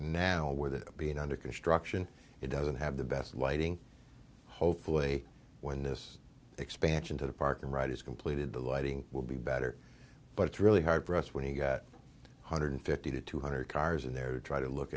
now with it being under construction it doesn't have the best lighting hopefully when this expansion to the park and ride is completed the lighting will be better but it's really hard for us when we got one hundred fifty to two hundred cars in there to try to look